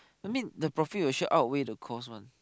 I mean the profit will sure outweigh the cost one